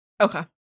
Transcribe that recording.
Okay